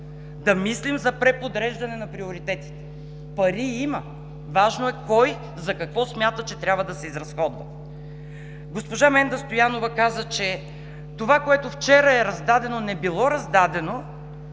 Да мислим за преподреждане на приоритетите – пари има, важно е кой за какво смята, че трябва да се изразходват. Госпожа Менда Стоянова каза, че това, което вчера е раздадено, не било раздадено,